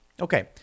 Okay